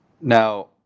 Now